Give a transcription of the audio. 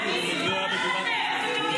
אין לנו,